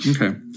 Okay